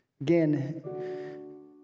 Again